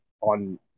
on